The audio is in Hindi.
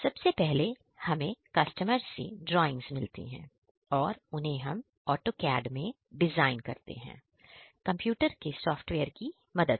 सबसे पहले हमें कस्टमर से ड्राइंग्स मिलती है और उन्हें हम ऑटोकैड में मैं डिजाइन करते हैं कंप्यूटर के सॉफ्टवेयर की मदद से